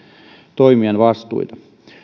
toimijan vastuita